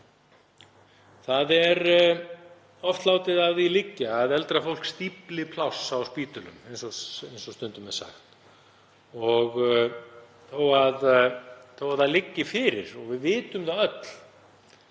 Það er oft látið að því liggja að eldra fólk stífli pláss á spítölum, eins og stundum er sagt, þó að það liggi fyrir og við vitum öll